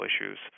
issues